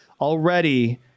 already